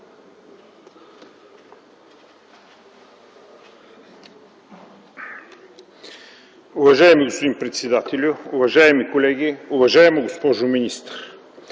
Уважаеми господин председател, уважаеми колеги, уважаема госпожо министър!